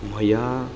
मया